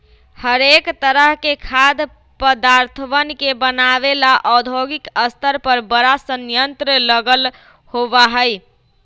हरेक तरह के खाद्य पदार्थवन के बनाबे ला औद्योगिक स्तर पर बड़ा संयंत्र लगल होबा हई